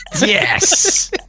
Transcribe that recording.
yes